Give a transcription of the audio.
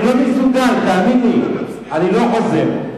אני לא מסוגל, תאמין לי, אני לא חוזר.